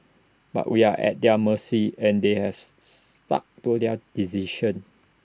but we are at their mercy and they has stuck to their decision